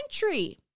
country